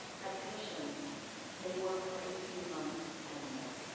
that commission may work for eighteen months or more.